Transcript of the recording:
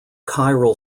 chiral